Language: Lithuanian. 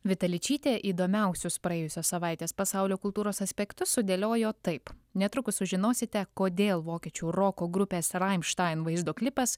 vita ličytė įdomiausius praėjusios savaitės pasaulio kultūros aspektus sudėliojo taip netrukus sužinosite kodėl vokiečių roko grupės rammstein vaizdo klipas